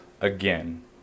again